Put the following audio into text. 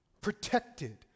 protected